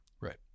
Right